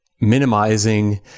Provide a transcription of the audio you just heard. minimizing